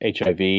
HIV